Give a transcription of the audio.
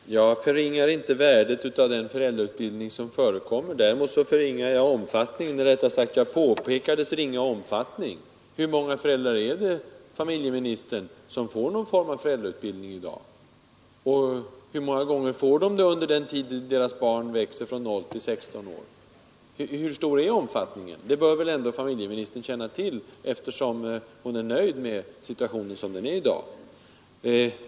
Herr talman! Jag förringar inte värdet av den föräldrautbildning som förekommer. Däremot påpekar jag dess ringa omfattning. Hur många föräldrar är det, familjeministern, som får någon form av föräldrautbildning i dag, och hur många gånger får de en sådan, under den tid som deras barn växer upp från 0 till 16 år? Hur stor är omfattningen av denna utbildning? Det bör ändå familjeministern känna till, eftersom hon är nöjd med dagens situation.